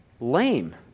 lame